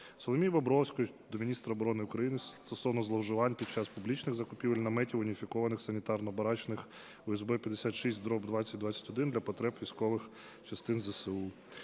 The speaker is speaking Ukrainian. Соломії Бобровської до міністра оборони України стосовно зловживань під час публічних закупівель наметів уніфікованих санітарно-барачних УСБ-56/2021 для потреб військових частин ЗСУ.